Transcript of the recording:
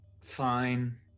Fine